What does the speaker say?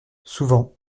souvent